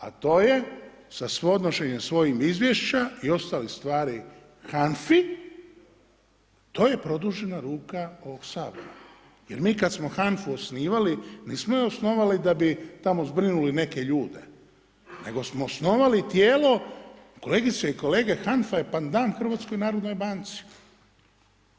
A to je sa podnošenjem svojih izvješća i ostalih stvari HANFA-i, to je produžena ruka ovog Sabora jer mi kad smo HANFA-u osnivali, nismo ju osnovali da bi tamo zbrinuli neke ljude, nego smo osnovali tijelo, kolegice i kolege, HANFA je panadan HNB-u.